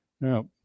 Now